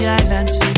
islands